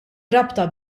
rabta